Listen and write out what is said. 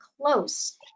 close